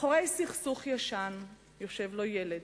מאחורי סכסוך ישן יושב לו ילד